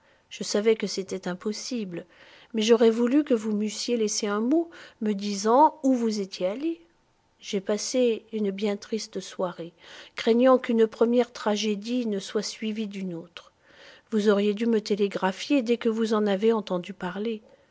je savais que c'était impossible mais j'aurais voulu que vous m'eussiez laissé un mot me disant où vous étiez allé j'ai passé une bien triste soirée craignant qu'une première tragédie ne soit suivie d'une autre vous auriez dû me télégraphier dès que vous en avez entendu parler